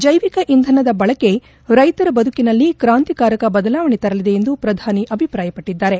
ಜೈವಿಕ ಇಂಧನದ ಬಳಕೆ ರೈತರ ಬದುಕಿನಲ್ಲಿ ಕ್ರಾಂತಿಕಾರಕ ಬದಲಾವಣೆ ತರಲಿದೆ ಎಂದು ಪ್ರಧಾನಿ ಅಭಿಪ್ರಾಯಪಟ್ಟದ್ದಾರೆ